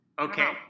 Okay